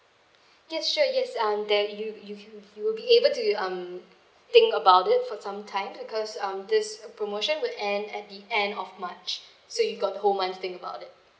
yes sure yes um there you you c~ y~ you will be able to um think about it for some time because um this promotion would end at the end of march so you got the whole month to think about it